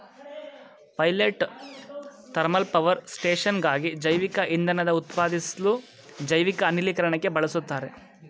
pilot thermal power ಸ್ಟೇಷನ್ಗಾಗಿ ಜೈವಿಕಇಂಧನನ ಉತ್ಪಾದಿಸ್ಲು ಜೈವಿಕ ಅನಿಲೀಕರಣಕ್ಕೆ ಬಳುಸ್ತಾರೆ